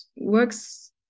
works